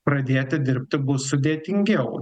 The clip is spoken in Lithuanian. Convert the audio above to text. pradėti dirbti bus sudėtingiau